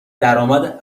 درآمد